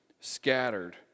scattered